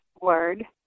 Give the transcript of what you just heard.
word